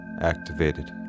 Activated